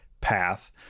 path